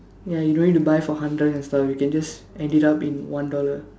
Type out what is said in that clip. ya you don't need to buy four hundred and stuff you can just end it up in one dollar